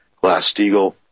Glass-Steagall